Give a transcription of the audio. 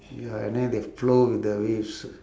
ya and then they flow with the waves